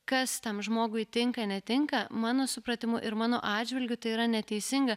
kas tam žmogui tinka netinka mano supratimu ir mano atžvilgiu tai yra neteisinga